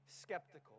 skeptical